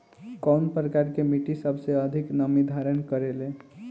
कउन प्रकार के मिट्टी सबसे अधिक नमी धारण करे ले?